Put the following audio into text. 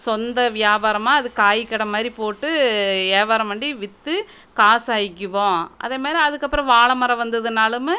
சொந்த வியாபாரமாக அது காய் கடை மாதிரி போட்டு வியாபாரம் பண்ணி விற்று காசாக்கிப்போம் அதேமாதிரி அதுக்கப்புறம் வாழைமரம் வந்ததுனாலுமே